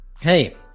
Hey